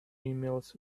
emails